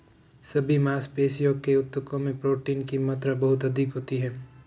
सभी मांसपेशियों के ऊतकों में प्रोटीन की मात्रा बहुत अधिक होती है